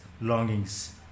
longings